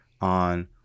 on